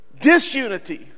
Disunity